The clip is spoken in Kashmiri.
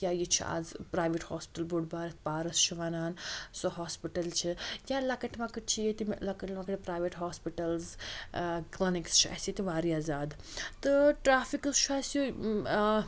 یا یہِ چھُ آز پرٛایویٹ ہاسپِٹل بوٚڑ بارٕ یَتھ پارَس چھِ وَنان سُہ ہاسپِٹل چھُ یا لَکٕٹۍ مَکٕٹۍ چھِ ییٚتہِ لَکٕٹۍ لَکٕٹۍ پرٛایویٹ ہاسپِٹلٕز ٲن کٕلنِکٕس چھِ اسہِ ییٚتہِ واریاہ زیادٕ تہٕ ٹرٛیفِکس چھُ اسہِ ٲں